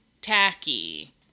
tacky